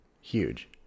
huge